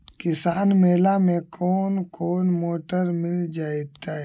किसान मेला में कोन कोन मोटर मिल जैतै?